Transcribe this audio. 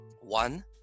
One